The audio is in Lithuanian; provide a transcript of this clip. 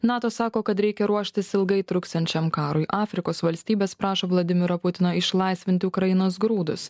nato sako kad reikia ruoštis ilgai truksiančiam karui afrikos valstybės prašo vladimiro putino išlaisvinti ukrainos grūdus